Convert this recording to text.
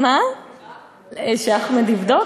שאחמד יבדוק?